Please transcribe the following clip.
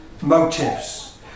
motives